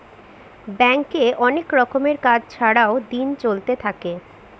ব্যাঙ্কে অনেক রকমের কাজ ছাড়াও দিন চলতে থাকে